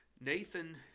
Nathan